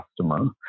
customer